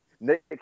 Nick